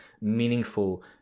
meaningful